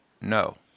No